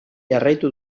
jarraitu